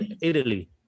Italy